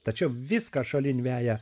tačiau viską šalin veja